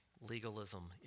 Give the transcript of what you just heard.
legalism